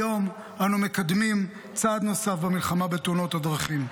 היום אנו מקדמים צעד נוסף במלחמה בתאונות הדרכים.